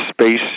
space